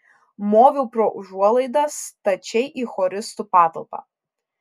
moviau pro užuolaidą stačiai į choristų patalpą